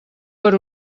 per